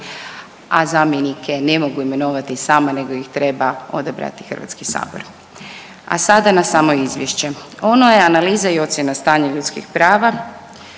a zamjenike ne mogu imenovati sama nego ih treba odabrati HS. A sada na samo Izvješće. Ono je analiza i ocjena stanja ljudskih prava,